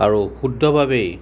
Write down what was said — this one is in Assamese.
আৰু শুদ্ধ ভাৱেই